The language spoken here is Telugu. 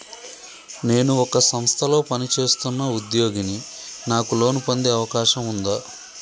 నేను ఒక సంస్థలో పనిచేస్తున్న ఉద్యోగిని నాకు లోను పొందే అవకాశం ఉందా?